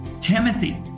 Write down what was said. Timothy